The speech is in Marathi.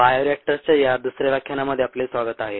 बायोरिएक्टर्सच्या या दुसऱ्या व्याख्यानामध्ये आपले स्वागत आहे